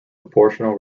proportional